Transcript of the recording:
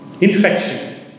Infection